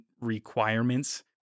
requirements